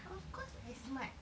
of course I smart